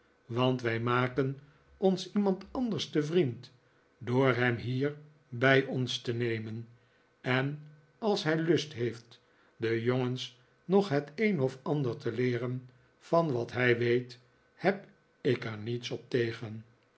want wij maken ons iemand anders te vriend door hem hier bij ons te nemen en als hij lust heeft de jongens nog het een of ander te leeren van wat hij weet heb ik er niets op tegen